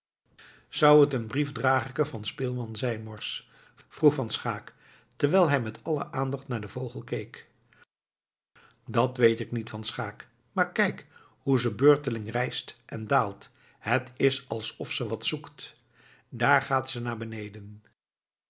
zou het een briefdragerke van speelman zijn morsch vroeg van schaeck terwijl hij met alle aandacht naar den vogel keek dat weet ik niet van schaeck maar kijk hoe ze beurtelings rijst en daalt het is alsof ze wat zoekt daar gaat ze naar beneden